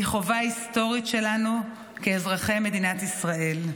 היא חובה היסטורית שלנו כאזרחי מדינת ישראל.